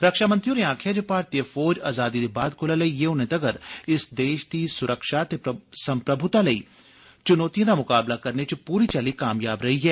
रक्षामंत्री होरें आक्खेया जे भारतीय फौज अजादी दे बाद थमां लेड़यै ह्ने तगर इस देश दी सुरक्षा ते सम्प्रभ्ता लेई च्नौतियें दा मुकाबला करने च पूरी चाली कामयाब रेही ऐ